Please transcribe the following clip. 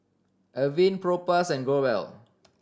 Avene Propass and Growell